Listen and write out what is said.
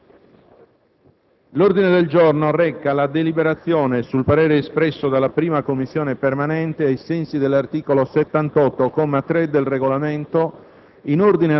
L'ordine del giorno reca la deliberazione sul parere espresso dalla 1a Commissione permanente, ai sensi dell'articolo 78, comma 3, del Regolamento,